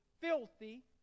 filthy